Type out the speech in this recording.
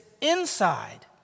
inside